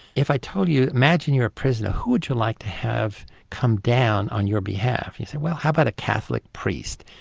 if i told you, imagine you're a prisoner, who would you like to have come down on your behalf? you say well, how about a catholic priest,